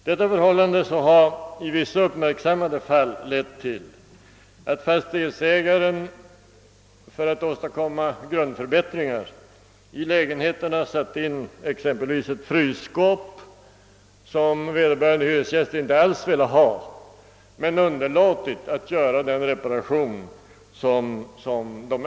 Detta förhållande har i vissa uppmärksammade fall lett till att fastighetsägaren för att åstadkomma grundförbättringar i lägenheterna satt in exempelvis frysskåp, som vederbörande hyresgäst inte alls ville ha, men underlåtit att göra den reparation som önska des.